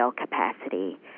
capacity